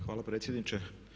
Hvala predsjedniče.